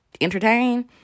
entertain